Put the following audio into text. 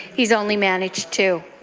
he's only managed two.